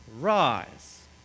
Rise